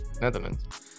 Netherlands